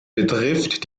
betrifft